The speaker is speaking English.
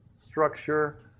structure